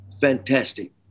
fantastic